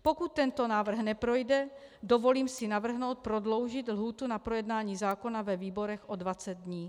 Pokud tento návrh neprojde, dovolím si navrhnout prodloužit lhůtu na projednání zákona ve výborech o 20 dní.